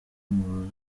muri